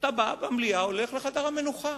שאתה בא למליאה, הולך לחדר המנוחה.